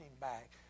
back